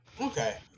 Okay